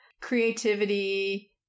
creativity